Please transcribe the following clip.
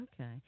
Okay